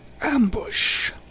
Ambush